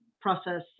process